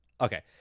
Okay